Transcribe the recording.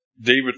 David